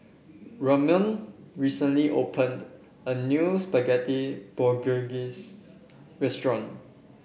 Ramon recently opened a new Spaghetti Bolognese restaurant